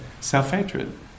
self-hatred